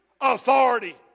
authority